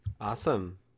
Awesome